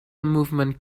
movement